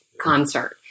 concert